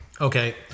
Okay